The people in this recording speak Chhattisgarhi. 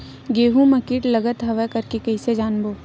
गेहूं म कीट लगत हवय करके कइसे जानबो?